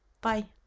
bye